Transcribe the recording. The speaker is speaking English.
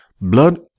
blood